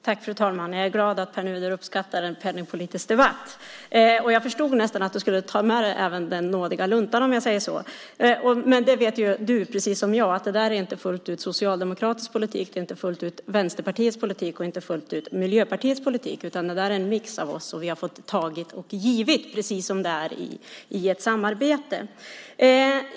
Fru talman! Jag är glad att Pär Nuder uppskattar en penningpolitisk debatt. Jag förstod nästan att han skulle ta med sig även den nådiga luntan. Men du vet precis som jag att det där inte är fullt ut socialdemokratisk politik. Det är inte fullt ut Vänsterpartiets politik, och det är inte fullt ut Miljöpartiets politik. Det är en mix av oss. Vi har fått ta och ge, som man måste göra i ett samarbete.